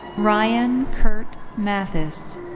ryan kurt mathis.